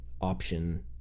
option